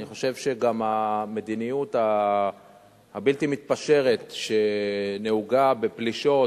אני חושב שגם המדיניות הבלתי-מתפשרת שנהוגה בפלישות,